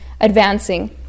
advancing